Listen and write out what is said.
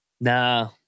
nah